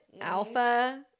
alpha